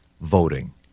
voting